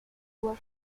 was